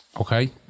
Okay